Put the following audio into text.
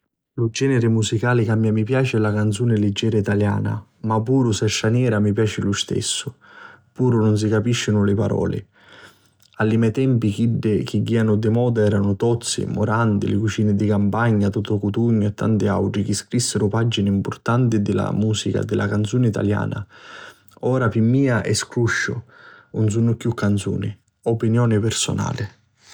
Lu geniri musicali chi a mia mi piaci è la canzuna liggera taliana, ma puru s'è stranera mi piaci lu stessu puru si nun capisciu li palori. A li mei tempi chiddi chi jianu di moda eranu Tozzi, Murandi, Li Cucini di Campagna, Totu Cutugnu e tanti autri chi scrissiru pagini mpurtanti di la musica e la canzuna taliana. Ora pi mia è scrusciu, nun sunnu chiù canzuni. Opinioni pirsunali.